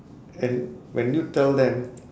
and when you tell them